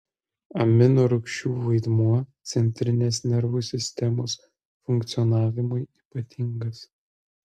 aminorūgščių vaidmuo centrinės nervų sistemos funkcionavimui ypatingas